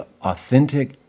authentic